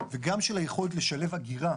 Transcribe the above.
וגם של היכולת לשלב אגירה